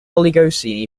oligocene